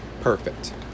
perfect